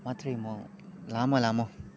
मात्रै म लामो लामो